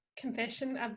confession